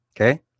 Okay